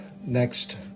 next